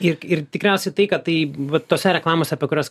ir ir tikriausiai tai kad tai vat tose reklamose apie kurias